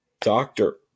Doctor